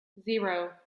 zero